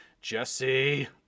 Jesse